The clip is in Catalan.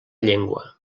llengua